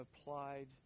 applied